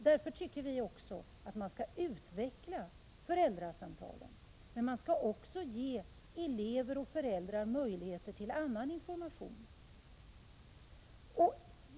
Därför tycker vi också att föräldrasamtalen skall utvecklas. Men föräldrar och elever skall också ges möjlighet till annan information.